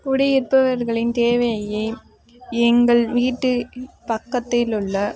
குடி இருப்பவர்களின் தேவையை எங்கள் வீட்டு பக்கத்தில் உள்ள